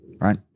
right